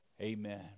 amen